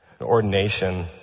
Ordination